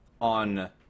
on